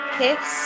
kiss